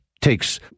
takes